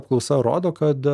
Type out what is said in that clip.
apklausa rodo kad